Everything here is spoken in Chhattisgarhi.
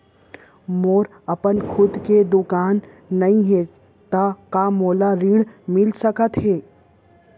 मोर अपन खुद के दुकान नई हे त का मोला ऋण मिलिस सकत?